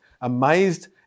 Amazed